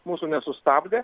mūsų nesustabdė